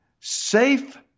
safe